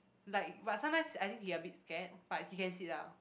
like but sometimes I think he a bit scared but he can sit lah